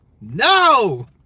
No